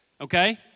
okay